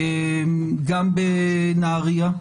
גם בנהריה,